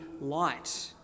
light